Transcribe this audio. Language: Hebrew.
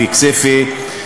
בכסייפה,